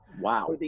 Wow